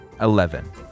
eleven